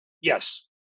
Yes